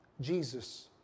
Jesus